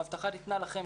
ההבטחה ניתנה לכם,